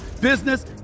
business